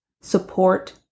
support